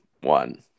one